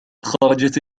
خرجت